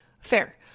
Fair